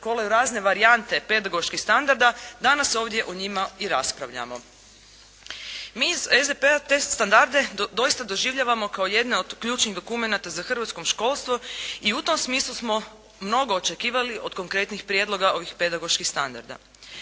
kolaju razne varijante pedagoških standarda danas ovdje o njima i raspravljamo. Mi iz SDP-a te standarde doista doživljavamo kao jedne od ključnih dokumenata za hrvatsko školstvo i u tom smislu smo mnogo očekivali od konkretnih prijedloga ovih pedagoških standarda.